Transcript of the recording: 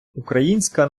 українська